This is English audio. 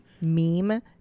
meme